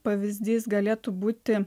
pavyzdys galėtų būti